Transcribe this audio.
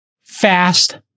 fast